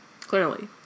Clearly